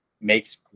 makes